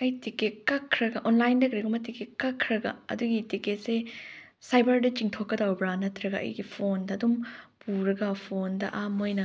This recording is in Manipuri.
ꯑꯩ ꯇꯤꯀꯦꯠ ꯀꯛꯈ꯭ꯔꯒ ꯑꯣꯟꯂꯥꯏꯟꯗ ꯀꯔꯤꯒꯨꯝꯕ ꯇꯤꯀꯦꯠ ꯀꯛꯈ꯭ꯔꯒ ꯑꯗꯨꯒꯤ ꯇꯤꯀꯦꯠꯁꯦ ꯁꯥꯏꯕꯔꯗ ꯆꯤꯡꯊꯣꯛꯀꯗꯕ꯭ꯔ ꯅꯠꯇ꯭ꯔꯒ ꯑꯩꯒꯤ ꯐꯣꯟꯗ ꯑꯗꯨꯝ ꯄꯨꯔꯒ ꯐꯣꯟꯗ ꯑꯥ ꯃꯣꯏꯅ